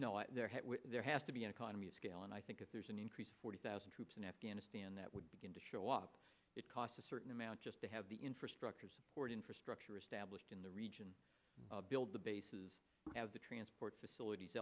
i there has to be an economy of scale and i think if there's an increase of forty thousand troops in afghanistan that would begin to show up it cost a certain amount just to have the infrastructure support infrastructure established in the region build the bases have the transport facilities